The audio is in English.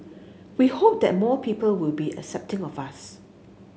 we hope that more people will be accepting of us